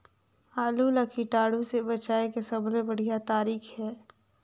आलू ला कीटाणु ले बचाय के सबले बढ़िया तारीक हे?